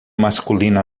masculino